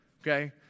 okay